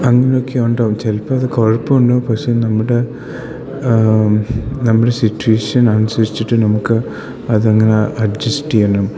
അങ്ങനെയൊക്കെ ഉണ്ടാവും ചിലപ്പം ഇത് കുഴപ്പമുണ്ട് പക്ഷെ നമ്മുടെ നമ്മുടെ സിറ്റുവേഷൻ അനുസരിച്ചിട്ട് നമുക്ക് അത് എങ്ങനെ അഡ്ജസ്റ്റെ് ചെയ്യണം